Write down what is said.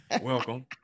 Welcome